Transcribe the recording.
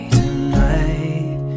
tonight